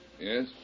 Yes